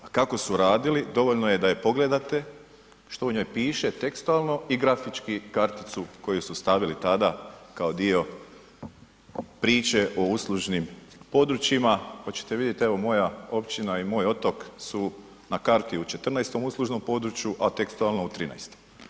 Kako su radili dovoljno je da je pogledate što u njoj piše tekstualno i grafički karticu koju su stavili tada kao dio priče o uslužnim područjima pa ćete vidjeti evo moja općina i moj otok su na karti u 14 uslužnom području, a tekstualno u 13.